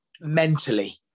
mentally